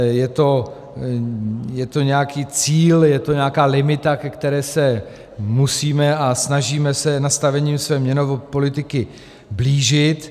Je to nějaký cíl, je to nějaká limita, ke které se musíme a snažíme se nastavením své měnové politiky blížit.